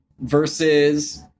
versus